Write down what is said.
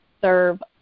serve